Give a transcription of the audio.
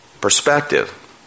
perspective